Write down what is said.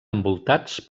envoltats